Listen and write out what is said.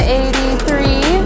eighty-three